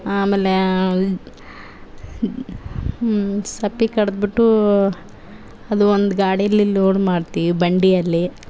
ಆಮೇಲೇ ಸಪ್ಪೆ ಕಡ್ದು ಬಿಟ್ಟೂ ಅದು ಒಂದು ಗಾಡೀಲಿ ಲೋಡ್ ಮಾಡ್ತೀವಿ ಬಂಡಿಯಲ್ಲಿ